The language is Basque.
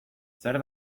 zer